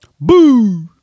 Boo